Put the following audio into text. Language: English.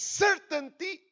certainty